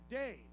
day